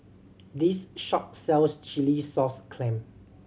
this shop sells chilli sauce clam